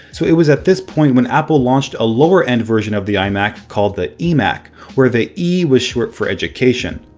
so it was at this point when apple launched a lower-priced and version of the imac called the emac. where the e was short for education.